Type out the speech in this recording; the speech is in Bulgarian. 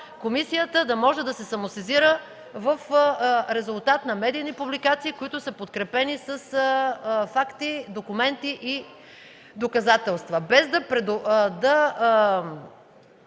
комисията да може да се самосезира в резултат на медийни публикации, които са подкрепени с факти, документи и доказателства,